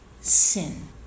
sin